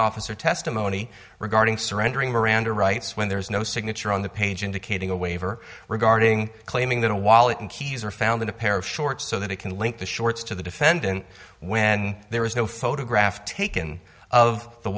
officer testimony regarding surrendering miranda rights when there is no signature on the page indicating a waiver regarding claiming that a wallet and keys were found in a pair of shorts so that it can link the shorts to the defendant when there is no photograph taken of the